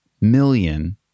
million